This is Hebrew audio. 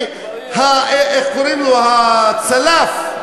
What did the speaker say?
איך קוראים לו הצלף,